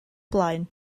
blaen